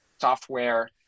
software